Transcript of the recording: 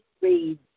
read